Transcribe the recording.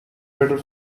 better